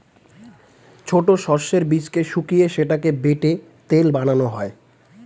ছোট সর্ষের বীজকে শুকিয়ে সেটাকে বেটে তেল বানানো হয়